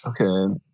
Okay